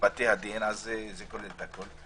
ובתי הדין, זה כולל את הכול.